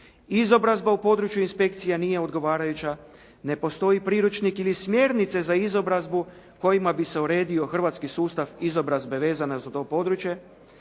Izobrazba u području inspekcija nije odgovarajuća, ne postoji priručnik ili smjernice za izobrazbu kojima bi se uredio hrvatski sustav izobrazbe vezano za to područje,